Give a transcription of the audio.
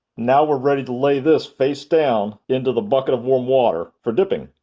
now we're ready to lay this face down into the bucket of warm water for dipping.